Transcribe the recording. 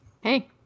Hey